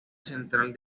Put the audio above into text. central